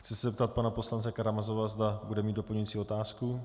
Chci se zeptat pana poslance Karamazova, zda bude mít doplňující otázku.